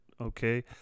Okay